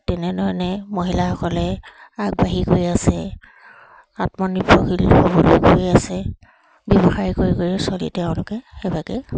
তেনেধৰণে মহিলাসকলে আগবাঢ়ি গৈ আছে আত্মনিৰ্ভৰশীল হ'বলৈ গৈ আছে ব্যৱসায় কৰি কৰি চলি তেওঁলোকে সেইবাবে